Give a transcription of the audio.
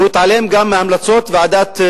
והוא גם התעלם מהמלצות ועדת-גולדברג,